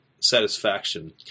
satisfaction